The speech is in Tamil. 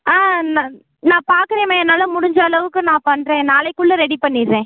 ஆ நான் நான் பார்க்குறேம்மா என்னால் முடிஞ்சளவுக்கு நான் பண்ணுறேன் நாளைக்குள்ளே ரெடி பண்ணிடுறேன்